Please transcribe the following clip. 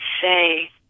say